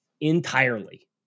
entirely